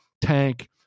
tank